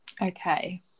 Okay